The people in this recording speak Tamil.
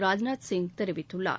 ராஜ்நாத் சிங் தெரிவித்துள்ளார்